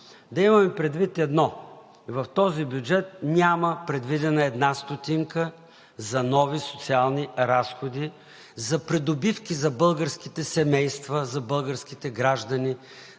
да имаме предвид едно: в този бюджет няма предвидена една стотинка за нови социални разходи, за придобивки за българските семейства, за българските граждани,